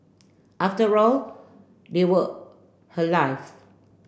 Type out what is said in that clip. after all they were her life